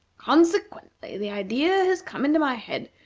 consequently the idea has come into my head,